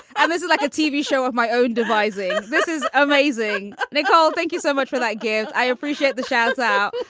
and this is like a tv show of my own devising. this is amazing. they call. thank you so much for that gift. i appreciate the shout out.